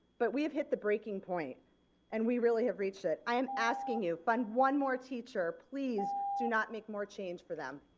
but we've hit the breaking point and we really have reached it. i am asking you fund one more teacher please, do not make more change for them.